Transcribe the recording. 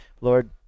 Lord